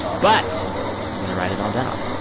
but i'm going to write it all down.